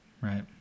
Right